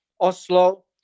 Oslo